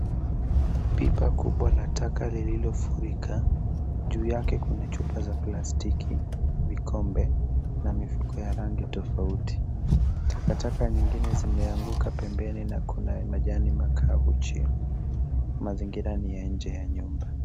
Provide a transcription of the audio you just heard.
Pipa kubwa la taka lililofurika. Juu yake kuna chupa za plastiki, vikombe na mifuko ya rangi tofauti. Takataka nyingine zmeanguka pembeni na kuna majani makavu chini. Mazingira ni ya nje ya nyumba.